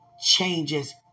changes